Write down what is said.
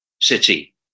city